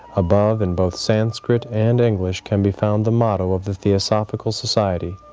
above, in both sanskrit and english, can be found the motto of the theosophical society,